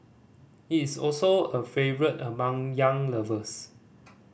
it is also a favourite among young lovers